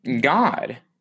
God